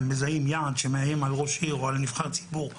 מזהים יעד שמאיים על ראש עיר או על נבחר ציבור,